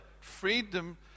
freedom